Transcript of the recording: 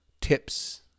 tips